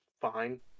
fine